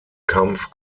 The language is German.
kampf